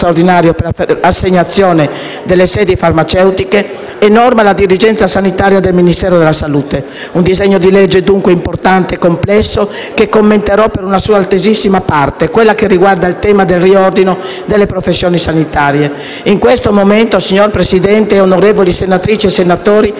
per l'assegnazione delle sedi farmaceutiche e norma la dirigenza sanitaria del ministero della salute. Un disegno di legge, dunque, importante e complesso che commenterò per una sua attesissima parte: quella che tratta il tema del riordino delle professioni sanitarie. In questo momento, signor Presidente e onorevoli Senatrici e Senatori